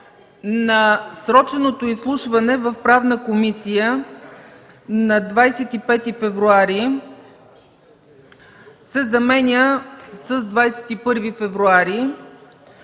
насроченото изслушване в Правната комисия на 25 февруари се заменя с 21 февруари;